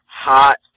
hot